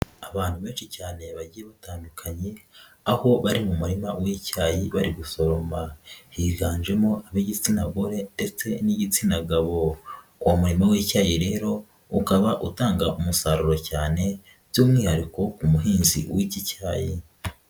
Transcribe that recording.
Abantu benshi cyane bagiye batandukanye aho bari mu murima w'icyayi bari gusoroma, higanjemo ab'igitsina gore ndetse n'igitsina gabo, uwo murimo w'icyayi rero ukaba utanga umusaruro cyane by'umwihariko ku muhinzi w'iki cyayi.